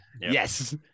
Yes